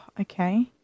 okay